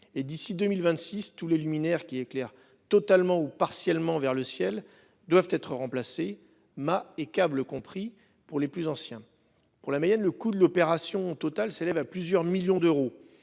et d'ici 2026 tous les luminaires qui éclaire totalement ou partiellement vers le ciel doivent être remplacés ma et câbles compris pour les plus anciens pour la Mayenne, le coût de l'opération total s'élève à plusieurs millions d'euros.